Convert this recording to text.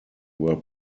were